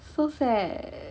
so sad